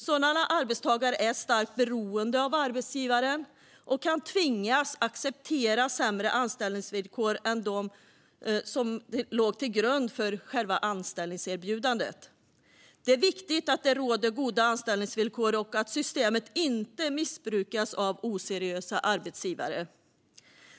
Sådana arbetstagare är starkt beroende av arbetsgivaren och kan tvingas acceptera sämre anställningsvillkor än de som låg till grund för själva anställningserbjudandet. Det är viktigt att det är goda anställningsvillkor och att systemet inte missbrukas av oseriösa arbetsgivare.